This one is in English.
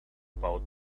about